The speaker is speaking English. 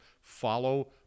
follow